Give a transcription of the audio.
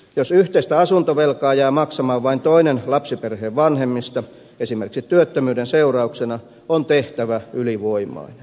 jos yhteistä asuntovelkaa jää maksamaan vain toinen lapsiperheen vanhemmista esimerkiksi työttömyyden seurauksena on tehtävä ylivoimainen